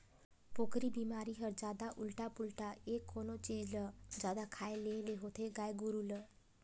पोकरी बेमारी हर जादा उल्टा पुल्टा य कोनो चीज ल जादा खाए लेहे ले होथे गाय गोरु ल